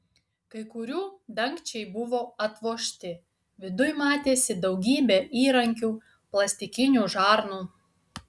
kai kurių dangčiai buvo atvožti viduj matėsi daugybė įrankių plastikinių žarnų